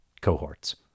cohorts